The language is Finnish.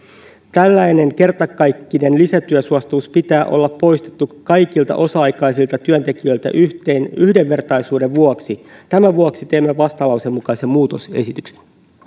tällainen kertakaikkinen lisätyösuostumus pitää olla poistettu kaikilta osa aikaisilta työntekijöiltä yhdenvertaisuuden vuoksi tämän vuoksi teemme vastalauseen mukaisen muutosesityksen